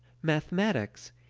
mathematics,